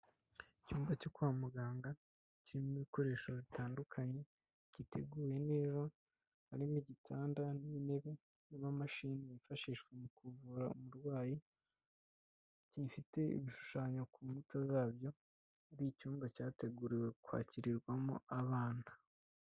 Icyumba cyo kwa muganga kirimo ibikoresho bitandukanye, giteguye neza, harimo igitanda n'intebe n'amamashini yifashishwa mu kuvura umurwayi, gifite ibishushanyo ku nkuta zabyo, ari icyumba cyateguriwe kwakirwamo abana.